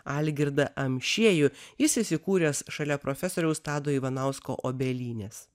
algirdą amšiejų jis įsikūręs šalia profesoriaus tado ivanausko obelynės